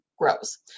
grows